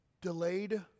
Delayed